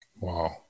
Wow